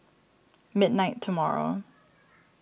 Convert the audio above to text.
midnight tomorrow